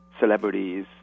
celebrities